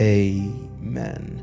amen